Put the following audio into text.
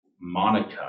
Monica